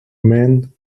men